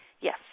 Yes